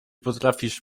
potrafisz